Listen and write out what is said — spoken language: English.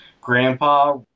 grandpa